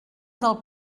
del